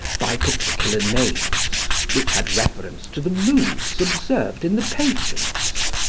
by particular names, which had reference to the moods observed in the patients.